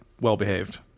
well-behaved